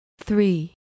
three